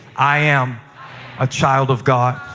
i am a child of god.